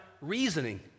reasoning